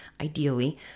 ideally